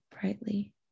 brightly